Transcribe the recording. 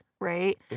Right